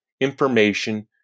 Information